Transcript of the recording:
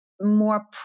more